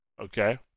Okay